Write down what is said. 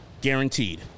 guaranteed